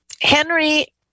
Henry